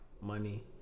Money